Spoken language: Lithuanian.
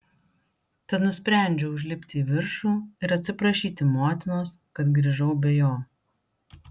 tad nusprendžiau užlipti į viršų ir atsiprašyti motinos kad grįžau be jo